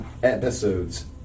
Episodes